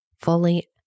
fully